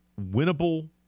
winnable